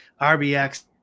RBX